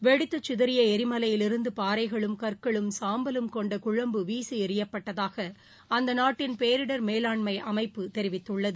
வெடித்து சிதறிய ளிமலையிலிருந்து பாறைகளும் கற்களும் சாம்பலும் கொண்ட குழம்பு வீசி எறியப்பட்டதாக அந்த நாட்டின் பேரிடர் மேலாண்மை அமைப்பு தெரிவித்துள்ளது